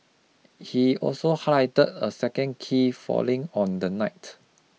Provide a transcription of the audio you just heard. he also highlighted a second key failing on the night